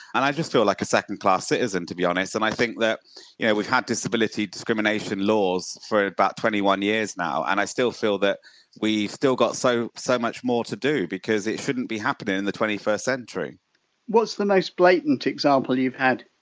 and i just feel like a second-class citizen, to be honest. and i think that yeah we've had disability discrimination laws for about twenty one years now and i still feel that we've still got so so much more to do because it shouldn't be happening in the twenty first century what's the most blatant example you've had?